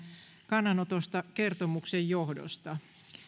kannanotosta kertomuksen johdosta